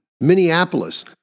Minneapolis